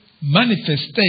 manifestation